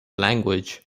language